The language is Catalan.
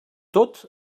tot